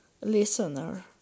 listener